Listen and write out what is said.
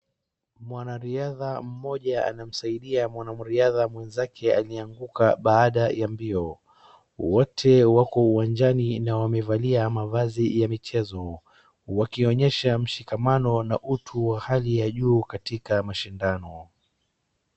Mwanariadha mmoja anamsaidia mwanariadha mwenzake ameanguka baada ya mbio. Wote wako uwanjani na wamevalia ya michezo wakionyesha mshikamano na utu wa hali ya juu katika mashindano.